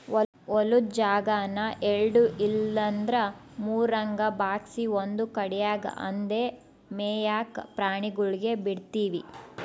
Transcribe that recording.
ಹೊಲುದ್ ಜಾಗಾನ ಎಲ್ಡು ಇಲ್ಲಂದ್ರ ಮೂರುರಂಗ ಭಾಗ್ಸಿ ಒಂದು ಕಡ್ಯಾಗ್ ಅಂದೇ ಮೇಯಾಕ ಪ್ರಾಣಿಗುಳ್ಗೆ ಬುಡ್ತೀವಿ